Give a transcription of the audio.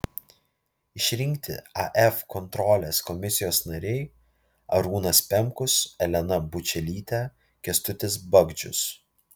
išrinkti af kontrolės komisijos nariai arūnas pemkus elena bučelytė kęstutis bagdžius